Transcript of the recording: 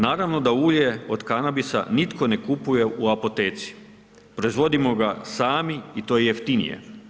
Naravno da ulje od kanabisa, nitko ne kupuje u apoteci, proizvodimo ga sami i to je jeftinije.